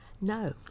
No